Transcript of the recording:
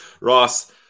Ross